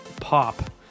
Pop